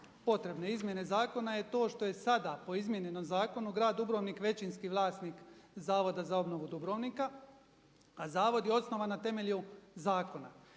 potrebne izmjene zakona je to što je sada po izmijenjenom zakonu Grad Dubrovnik većinski vlasnik Zavoda za obnovu Dubrovnika, a zavod je osnovan na temelju zakona.